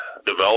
develop